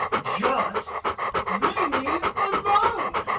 just leave me alone!